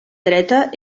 dreta